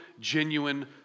genuine